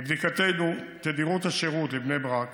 מבדיקתנו, תדירות השירות לבני ברק